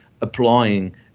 applying